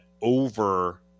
over –